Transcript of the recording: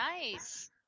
Nice